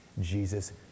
Jesus